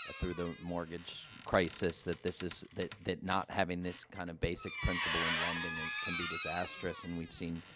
ah through the mortgage crisis, that this is that that not having this kind of basic principle in lending, ah, and can be disastrous. and we've seen,